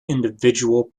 individual